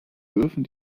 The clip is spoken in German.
dürfen